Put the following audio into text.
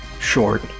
short